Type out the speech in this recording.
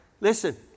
Listen